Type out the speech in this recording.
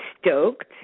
stoked